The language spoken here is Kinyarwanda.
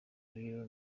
zero